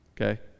Okay